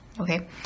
Okay